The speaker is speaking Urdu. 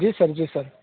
جی سر جی سر